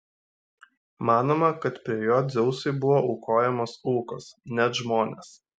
manoma kad prie jo dzeusui buvo aukojamos aukos net žmonės